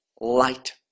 light